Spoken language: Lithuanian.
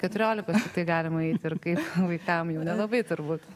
keturiolikos tiktai galima eit ir kaip vaikam jau nelabai turbūt